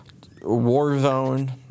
Warzone